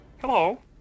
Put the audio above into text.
Hello